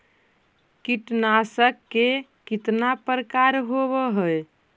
कीटनाशक के कितना प्रकार होव हइ?